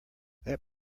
that